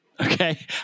Okay